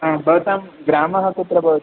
हा भवतां ग्रामः कुत्र भवति वा